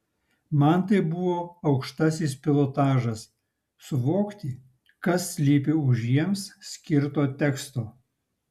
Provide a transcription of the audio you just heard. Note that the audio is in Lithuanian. man tai buvo aukštasis pilotažas suvokti kas slypi už jiems skirto teksto